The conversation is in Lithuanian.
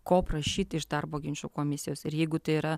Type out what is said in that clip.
ko prašyti iš darbo ginčų komisijos ir jeigu tai yra